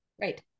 Right